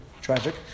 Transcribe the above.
Tragic